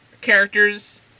Characters